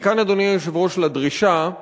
לדרישה,